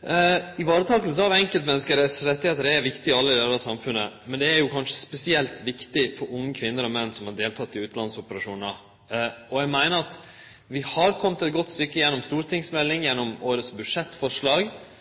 Det å vareta enkeltmenneske sine rettar er viktig i alle delar av samfunnet, men det er spesielt viktig for unge kvinner og menn som har delteke i utanlandsoperasjonar. Eg meiner at vi har kome eit godt stykke – gjennom stortingsmelding, gjennom årets budsjettforslag